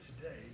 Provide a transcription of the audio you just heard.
today